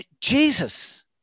Jesus